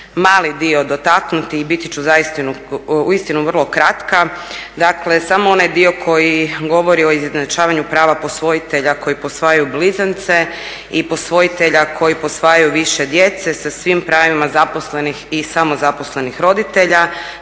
mali dio dotaknuti i biti ću uistinu vrlo kratka. Dakle, samo onaj dio koji govori o izjednačavanju prava posvojitelja koji posvajaju blizance i posvojitelja koji posvajaju više djece sa svim pravima zaposlenih i samozaposlenih roditelja.